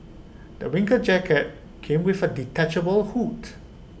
my winter jacket came with A detachable hood